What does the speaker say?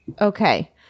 Okay